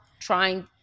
trying